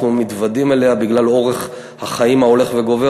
אנחנו מתוודעים אליה בגלל אורך החיים ההולך וגדל.